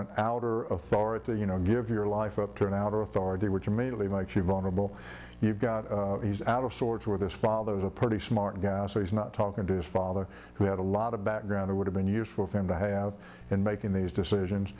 an outer authority you know give your life up to now the authority which immediately makes you vulnerable you've got he's out of sorts where this father was a pretty smart guy so he's not talking to his father who had a lot of background who would have been useful for him to have and making these decisions